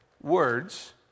words